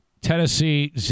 tennessee